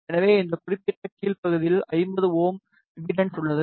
எனவே இந்த குறிப்பிட்ட கீழ் பகுதியில் 50 Ω இம்பிடண்ஸ் உள்ளது